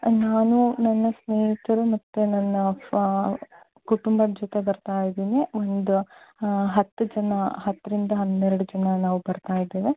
ನಾನು ನನ್ನ ಸ್ನೇಹಿತರು ಮತ್ತು ನನ್ನ ಕುಟುಂಬದ ಜೊತೆ ಬರ್ತಾ ಇದ್ದೀನಿ ಒಂದು ಹತ್ತು ಜನ ಹತ್ತರಿಂದ ಹನ್ನೆರಡು ಜನ ನಾವು ಬರ್ತಾ ಇದ್ದೇವೆ